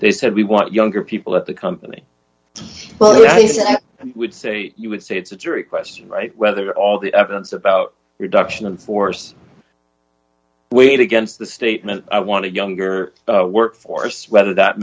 they said we want younger people at the company well he said i would say you would say it's a jury question right whether all the evidence about reduction of force weighed against the statement i want to younger workforce whether that